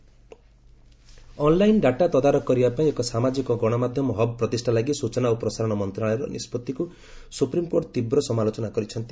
SC social media hub online data ତଦାରଖ କରିବା ପାଇଁ ଏକ ସାମାଜିକ ଗଣମାଧ୍ୟମ ହବ୍ ପ୍ରତିଷ୍ଠା ଲାଗି ସୂଚନା ଓ ପ୍ରସାରଣ ମନ୍ତ୍ରଣାଳୟର ନିଷ୍ପଭିକୁ ସୁପ୍ରିମକୋର୍ଟ ତୀବ୍ର ସମାଲୋଚନା କରିଛନ୍ତି